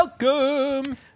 welcome